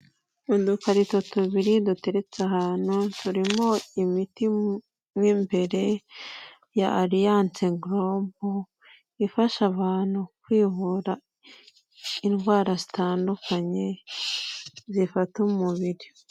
Udukarito tubiri duteretse ahantu, turimo imiti mo imbere ya Alliance Global, ifasha abantu kwivura indwara zitandukanye zifata umubiri.